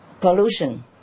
pollution